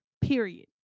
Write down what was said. period